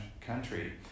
country